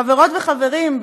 חברות וחברים,